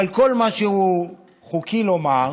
אבל כל מה שהוא חוקי לומר